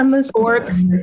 sports